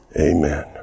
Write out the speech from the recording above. Amen